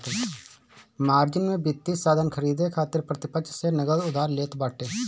margin में वित्तीय साधन खरीदे खातिर प्रतिपक्ष से नगद उधार लेत बाटे